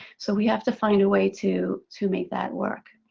so we have to find a way to to make that work.